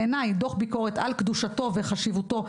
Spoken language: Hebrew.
בעיני דוח ביקורת על קדושתו וחשיבותו,